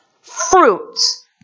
fruits